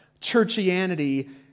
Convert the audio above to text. churchianity